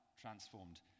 transformed